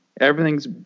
Everything's